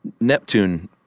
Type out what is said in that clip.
Neptune